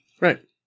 right